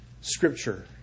scripture